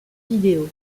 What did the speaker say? vidéo